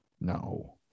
No